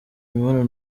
imibonano